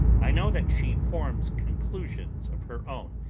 i know that she forms conclusions of her own,